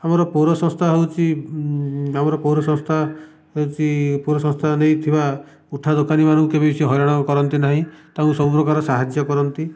ଆମର ପୌରସଂସ୍ଥା ହେଉଛି ଆମର ପୌରସଂସ୍ଥା ହେଉଛି ପୌରସଂସ୍ଥା ନେଇଥିବା ଉଠା ଦୋକାନୀମାନଙ୍କୁ କେବେ ସେ ହଇରାଣ କରନ୍ତି ନାହିଁ ତାଙ୍କୁ ସବୁପ୍ରକାର ସାହାଯ୍ୟ କରନ୍ତି